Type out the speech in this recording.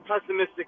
pessimistic